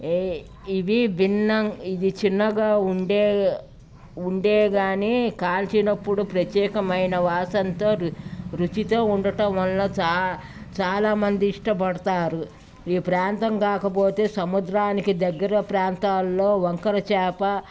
ఇవి భిన్నం ఇది చిన్నగా ఉండే ఉండేగాని కాల్చినప్పుడు ప్రత్యేకమైన వాసనతో రు రుచితో ఉండటం వల్ల చా చాలామంది ఇష్టపడతారు ఈ ప్రాంతం కాకపోతే సముద్రానికి దగ్గర ప్రాంతాల్లో వంకరచేప